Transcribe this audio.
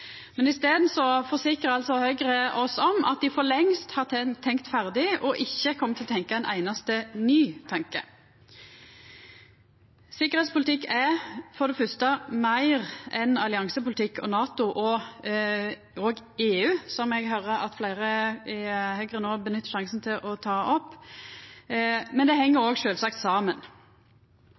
Men i staden forsikrar altså Høgre oss om at dei for lengst har tenkt ferdig og ikkje kjem til å tenkja ein einaste ny tanke. Sikkerheitspolitikk er for det fyrste meir enn alliansepolitikk og NATO – òg EU, som eg høyrer at fleire i Høgre nå nyttar sjansen til å ta opp – men det heng sjølvsagt saman.